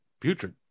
putrid